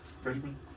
Freshman